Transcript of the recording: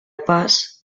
pas